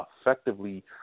effectively